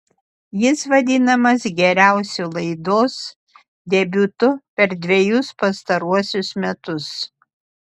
jis vadinamas geriausiu laidos debiutu per dvejus pastaruosius metus